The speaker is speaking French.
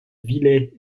villers